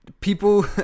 people